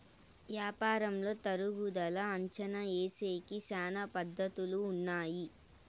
యాపారంలో తరుగుదల అంచనా ఏసేకి శ్యానా పద్ధతులు ఉన్నాయి